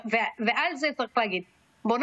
פתחו